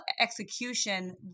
execution